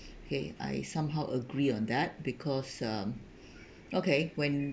!hey! I somehow agree on that because um okay when